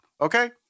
Okay